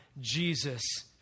Jesus